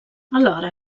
alhora